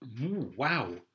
wow